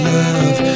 love